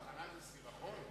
צחנה זה סירחון?